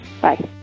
Bye